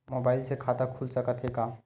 Mobile से खाता खुल सकथे का?